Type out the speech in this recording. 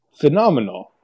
phenomenal